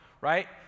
Right